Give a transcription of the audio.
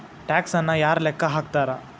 ಟ್ಯಾಕ್ಸನ್ನ ಯಾರ್ ಲೆಕ್ಕಾ ಹಾಕ್ತಾರ?